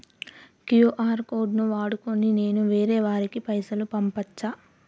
QR code ను వాడుకొని నేను వేరే వారికి పైసలు పంపచ్చా?